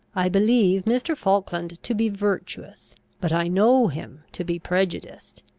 i believe mr. falkland to be virtuous but i know him to be prejudiced.